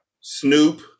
Snoop